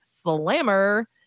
Slammer